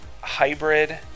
hybrid